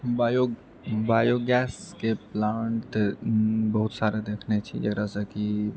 bio बायोगैसके plant बहुत सारा देखने छी जकरासँ कि